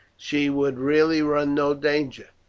she would really run no danger.